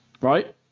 Right